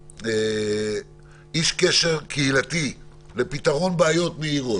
איש קשר קהילתי לפתרון בעיות מהירות.